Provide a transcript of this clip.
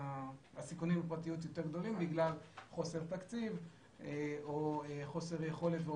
הפרטיות יותר גדולים בגלל חוסר תקציב או חוסר יכולת או